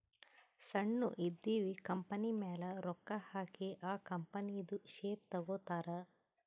ಸಣ್ಣು ಇದ್ದಿವ್ ಕಂಪನಿಮ್ಯಾಲ ರೊಕ್ಕಾ ಹಾಕಿ ಆ ಕಂಪನಿದು ಶೇರ್ ತಗೋತಾರ್